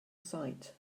sight